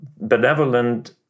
benevolent